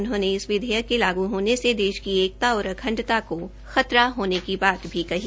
उन्होंने इस विधेयक के लागू होने से देश की एकता और अखंडता को खतरा होने की बात भी कही